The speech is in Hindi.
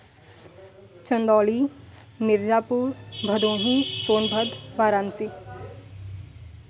चन्दौली मिर्ज़ापुर भदोही सोनभद्र वाराणसी